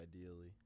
ideally